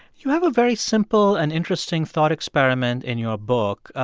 you have a very simple and interesting thought experiment in your book,